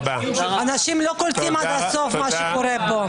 אנשים לא קולטים עד הסוף מה שקורה פה.